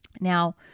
Now